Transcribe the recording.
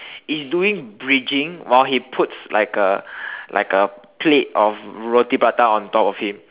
is doing bridging while he puts like a like a plate of roti prata on top of him